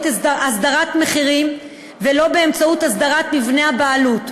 הסדרת מחירים ולא באמצעות הסדרת מבנה הבעלות.